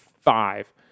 five